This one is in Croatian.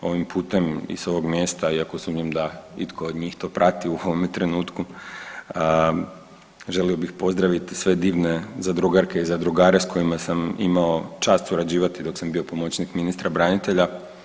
Ovim putem i s ovog mjesta iako sumnjam da itko od njih to prati u ovome trenutku želio bih pozdraviti sve divne zadrugarke i zadrugare s kojima sam imao čast surađivati dok sam bio pomoćnik ministra branitelja.